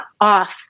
off